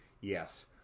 Yes